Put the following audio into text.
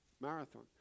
marathon